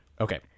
Okay